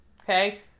Okay